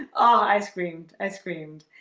i screamed i screamed